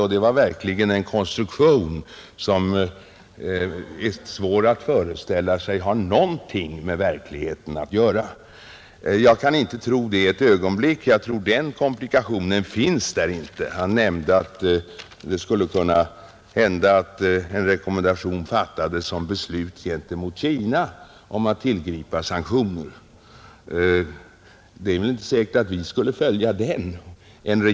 Han använde sig av en konstruktion som jag har svårt att föreställa mig har någonting med verkligheten att göra. Jag tror att den komplikationen över huvud taget inte finns. Herr Hernelius tog som exempel att det skulle kunna hända att det fattades beslut beträffande en rekommendation om sanktioner mot Kina. För det första är det väl inte säkert att vi skulle följa den rekommendationen.